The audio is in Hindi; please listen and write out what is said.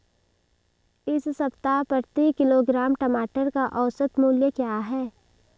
इस सप्ताह प्रति किलोग्राम टमाटर का औसत मूल्य क्या है?